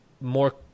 more